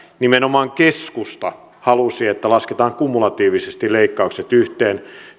nimenomaan keskusta halusi että lasketaan kumulatiivisesti leikkaukset yhteen